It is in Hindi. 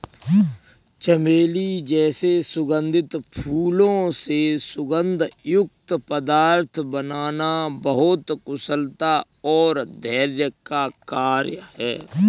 चमेली जैसे सुगंधित फूलों से सुगंध युक्त पदार्थ बनाना बहुत कुशलता और धैर्य का कार्य है